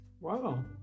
Wow